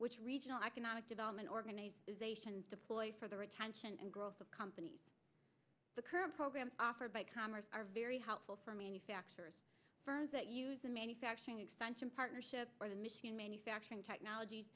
which regional economic development organization deployed for the retention and girls of companies the current program offered by commerce are very helpful for manufacturing firms that use the manufacturing extension partnership or the michigan manufacturing technology